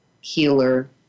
healer